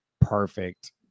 perfect